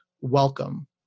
welcome